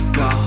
go